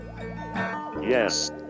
Yes